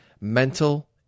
mental